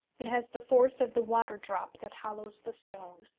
it has the force of the water-drop that hollows the stone.